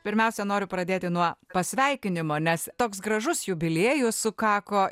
pirmiausia noriu pradėti nuo pasveikinimo nes toks gražus jubiliejus sukako